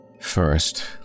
First